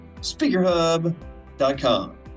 speakerhub.com